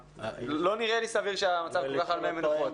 לא נראה לי סביר שהמצב כל כך על מי מנוחות.